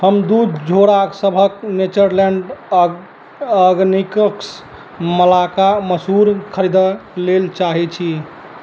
हम दुइ झोरा सबहक नेचरलैण्ड ऑग ऑर्गेनिक्स मलका मसूर खरिदै लेल चाहै छी